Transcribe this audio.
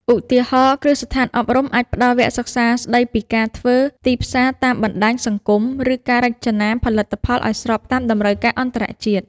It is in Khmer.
ឧទាហរណ៍ គ្រឹះស្ថានអប់រំអាចផ្តល់វគ្គសិក្សាស្តីពីការធ្វើទីផ្សារតាមបណ្តាញសង្គម ឬការរចនាផលិតផលឱ្យស្របតាមតម្រូវការអន្តរជាតិ។